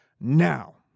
Now